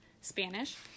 Spanish